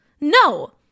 No